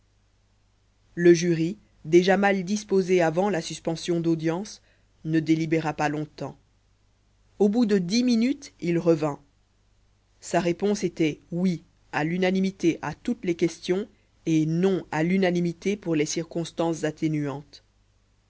le jury déjà mal disposé avant la suspension d'audience ne délibéra pas longtemps au bout de dix minutes il revint sa réponse était oui à l'unanimité à toutes les questions et non à l'unanimité pour les circonstances atténuantes